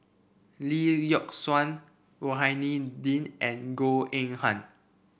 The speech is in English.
Lee Yock Suan Rohani Din and Goh Eng Han